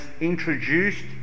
introduced